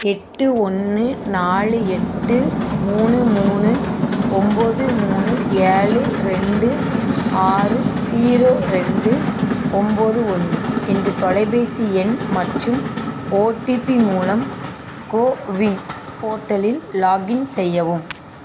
எட்டு ஒன்று நாலு எட்டு மூணு மூணு ஒன்போது மூணு ஏழு ரெண்டு ஆறு ஸீரோ ரெண்டு ஒன்போது ஒன்று என்ற தொலைபேசி எண் மற்றும் ஓடிபி மூலம் கோவின் போர்ட்டலில் லாகின் செய்யவும்